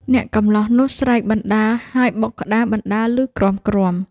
អ្នកកម្លោះនោះស្រែកបណ្ដើរហើយបុកក្តារបណ្ដើរឮគ្រាំៗ។